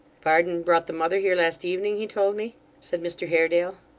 varden brought the mother here last evening, he told me said mr haredale.